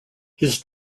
his